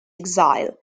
exile